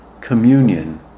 Communion